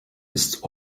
ist